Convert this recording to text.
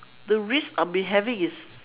the risk I'll be having is